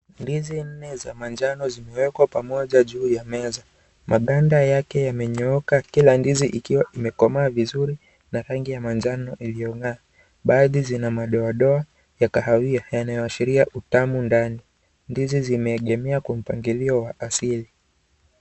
Ndizi nne za manjano zimewekwa pamoja juu ya meza. Maganda yake yamenyooka kila ndizi ikiwa imekomaa vizuri na rangi ya manjano iliyong'aa. Baadhi zina madoadoa ya kahawia yanayoashiria utamu ndani. Ndizi zimeegemea kwa mpangilia wa asili.